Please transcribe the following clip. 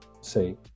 say